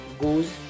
goose